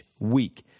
week